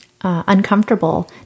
uncomfortable